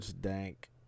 dank